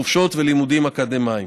חופשות ולימודים אקדמיים.